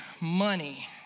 money